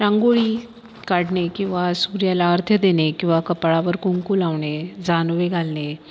रांगोळी काढणे किंवा सूर्याला अर्घ्य देणे किंवा कपाळावर कुंकू लावणे जानवे घालणे